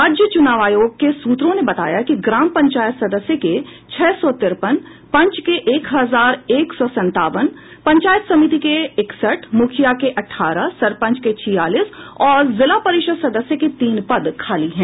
राज्य चुनाव आयोग के सूत्रों ने बताया कि ग्राम पंचायत सदस्य के छह सौ तिरपन पंच के एक हजार एक सौ सतावन पंचायत समिति के इकसठ मुखिया के अठारह सरपंच के छियालीस और जिला परिषद सदस्य के तीन पद खाली हैं